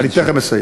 אני תכף מסיים.